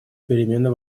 перемены